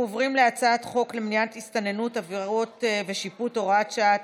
אנחנו עוברים להצעות חוק למניעת הסתננות (עבירות ושיפוט) (הוראת שעה),